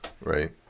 Right